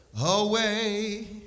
away